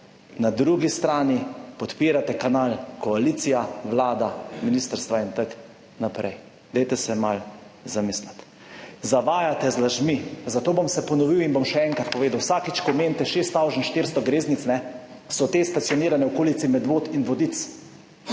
Na drugi strani podpirate kanal, koalicija, Vlada, ministrstva in tako naprej. Dajte se malo zamisliti. Zavajate z lažmi, zato bom se ponovil in bom še enkrat povedal vsakič, ko omenite 6 tavžent 400 greznic, so te stacionirane v okolici Medvod in Vodic